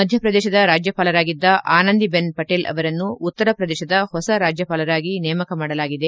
ಮಧ್ಯ ಪ್ರದೇಶದ ರಾಜ್ಯಪಾಲರಾಗಿದ್ದ ಅನಂದಿ ಬೆನ್ ಪಟೇಲ್ ಅವರನ್ನು ಉತ್ತರ ಪ್ರದೇಶದ ಹೊಸ ರಾಜ್ಯಪಾಲರಾಗಿ ನೇಮಕ ಮಾಡಲಾಗಿದೆ